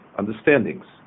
understandings